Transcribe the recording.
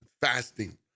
fasting